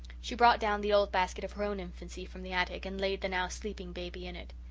she brought down the old basket of her own infancy from the attic and laid the now sleeping baby in it.